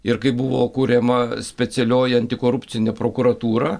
ir kaip buvo kuriama specialioji antikorupcinė prokuratūra